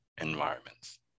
environments